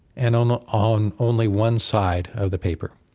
and on ah on only one side of the paper